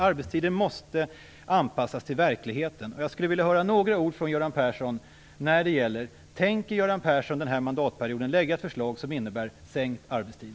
Arbetstiden måste anpassas till verkligheten! Jag skulle vilja höra några ord från Göran Persson som svar på frågan: Tänker Göran Persson denna mandatperiod lägga fram ett förslag som innebär sänkt arbetstid?